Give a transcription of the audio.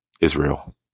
Israel